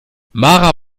mara